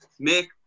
Make